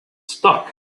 stuck